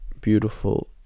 beautiful